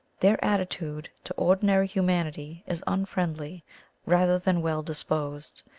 their attitude to ordinary humanity is unfriendly rather than well disposed,